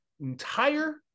entire